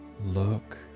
Look